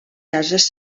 cases